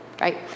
right